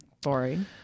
Boring